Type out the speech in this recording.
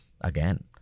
again